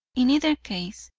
in either case,